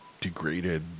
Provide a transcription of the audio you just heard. degraded